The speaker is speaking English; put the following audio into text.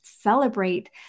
celebrate